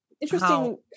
interesting